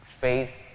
faith